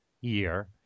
year